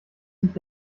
nicht